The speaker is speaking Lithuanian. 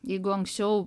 jeigu anksčiau